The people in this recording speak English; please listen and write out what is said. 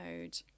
mode